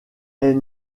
est